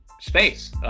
space